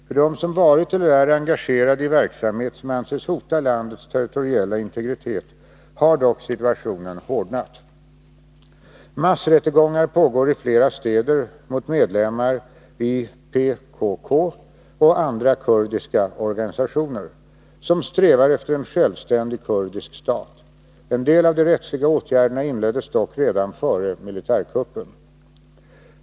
För dem som varit eller är engagerade i verksamhet som anses hota landets territoriella integritet har dock situationen hårdnat. Massrättegångar pågår i flera städer mot medlemmar i PKK och andra kurdiska organisationer som strävar efter en självständig kurdisk stat. En del av de rättsliga åtgärderna inleddes dock redan före militärkuppen.